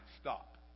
stop